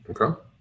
Okay